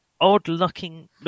odd-looking